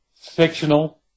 fictional